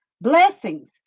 blessings